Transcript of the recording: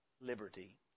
liberty